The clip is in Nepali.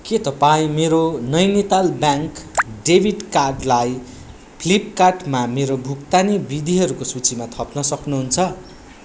के तपाईँ मेरो नैनिताल ब्याङ्क डेबिट कार्डलाई फ्लिपकार्टमा मेरो भुक्तानी विधिहरूको सूचीमा थप्न सक्नुहुन्छ